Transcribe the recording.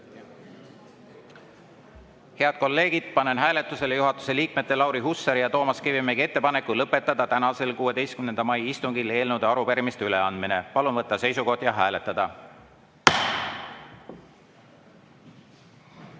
Head kolleegid, panen hääletusele juhatuse liikmete Lauri Hussari ja Toomas Kivimägi ettepaneku lõpetada tänasel, 16. mai istungil eelnõude ja arupärimiste üleandmine. Palun võtta seisukoht ja hääletada!